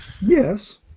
Yes